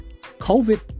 covid